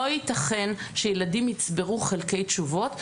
לא ייתכן שילדים יצברו חלקי תשובות,